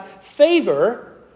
favor